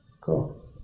Cool